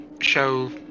show